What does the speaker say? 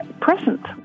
present